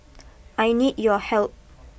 I need your help